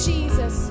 Jesus